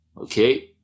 okay